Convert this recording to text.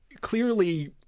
clearly –